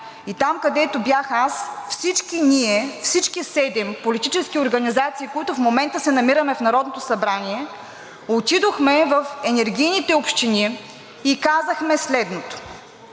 и там, където бях аз, всички ние, всички седем политически организации, които в момента се намираме в Народното събрание, отидохме в енергийните общини и казахме следното,